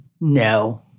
no